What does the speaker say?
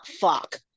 fuck